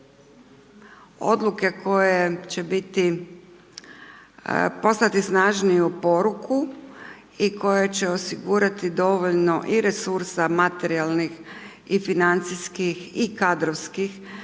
odluke koje će biti poslati snažniju poruku i koje će osigurati dovoljno i resursa, materijalnih, i financijskih i kadrovskih